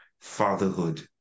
fatherhood